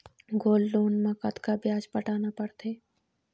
Gold loan मे कतका ब्याज पटाना पड़थे?